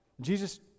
Jesus